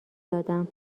دادم